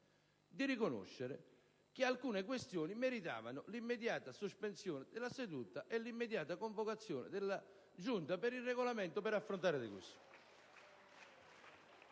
parlamentare, che alcune questioni meritavano l'immediata sospensione della seduta e l'immediata convocazione della Giunta per il Regolamento per affrontare la questione.